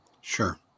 Sure